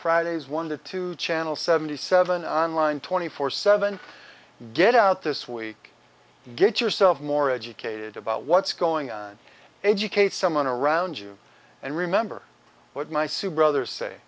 fridays one to two channel seventy seven on line twenty four seven get out this week get yourself more educated about what's going on educate someone around you and remember what my soup brothers say